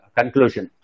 conclusion